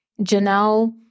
Janelle